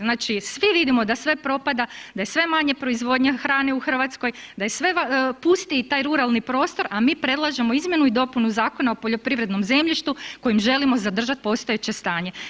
Znači svi vidimo da sve propada, da je sve manje proizvodnje hrane u Hrvatskoj, da je sve pustiji taj ruralni prostor, a mi predlažemo izmjenu i dopunu Zakona o poljoprivrednom zemljištu kojim želimo zadržati postojeće stanje.